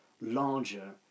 larger